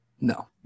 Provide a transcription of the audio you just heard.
No